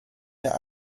der